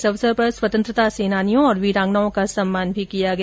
इस अवसर पर स्वतंत्रता सेनानियों और विरांगनाओं का सम्मान भी किया गया